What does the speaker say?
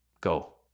Go